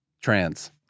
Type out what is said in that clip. Trans